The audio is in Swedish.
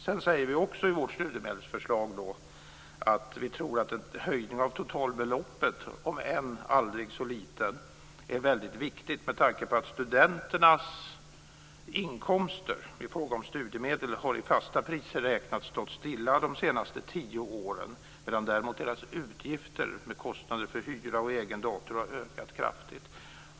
Vi säger också i vårt studiemedelsförslag att vi tror att en höjning av totalbeloppet, om än aldrig så liten, är väldigt viktig med tanke på att studenternas inkomster i fråga om studiemedel i fasta priser räknat har stått stilla de senaste tio åren, medan deras utgifter, med kostnader för hyra och egen dator, däremot har ökat kraftigt.